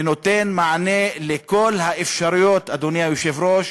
שנותן מענה לכל האפשרויות, אדוני היושב-ראש,